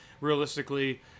Realistically